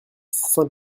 saint